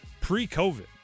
pre-COVID